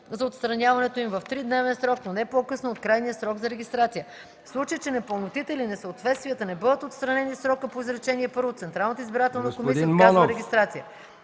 за отстраняването им в тридневен срок, но не по-късно от крайния срок за регистрация. В случай че непълнотите или несъответствията не бъдат отстранени в срока по изречение първо, Централната